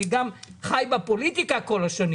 אני גם חי בפוליטיקה כל השנים